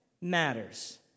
matters